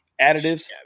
Additives